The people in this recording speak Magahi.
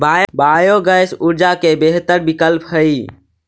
बायोगैस ऊर्जा के बेहतर विकल्प हई